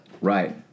Right